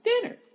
Dinner